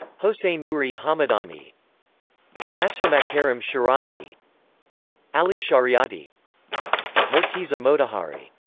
hossein noori hamedani naser makarem shirazi ali shariati morteza motahhari